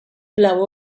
blow